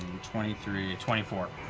twenty three, twenty four.